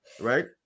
Right